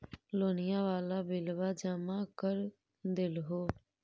लोनिया वाला बिलवा जामा कर देलहो?